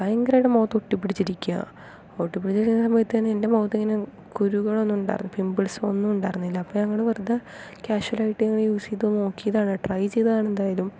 ഭയങ്കരമായിട്ട് മുഖത്ത് ഒട്ടിപ്പിടിച്ചിരിക്കുകയാ ഒട്ടിപ്പിടിച്ചിരിക്കുന്ന സമയത്ത് തന്നെ എൻ്റെ മുഖത്ത് ഇങ്ങനെ കുരുക്കൾ ഒന്നും ഉണ്ടായി പിമ്പിൾസ് ഒന്നും ഉണ്ടായിരുന്നില്ല അപ്പോൾ ഞങ്ങൾ വെറുതെ ക്യാഷ്വൽ ആയിട്ട് യൂസ് ചെയ്തു നോക്കിയതാണ് ട്രൈ ചെയ്തതാണ് എന്തായാലും